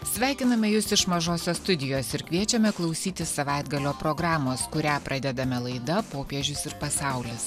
sveikiname jus iš mažosios studijos ir kviečiame klausytis savaitgalio programos kurią pradedame laida popiežius ir pasaulis